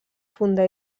fundà